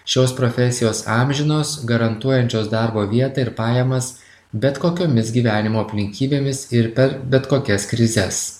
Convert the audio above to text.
šios profesijos amžinos garantuojančios darbo vietą ir pajamas bet kokiomis gyvenimo aplinkybėmis ir per bet kokias krizes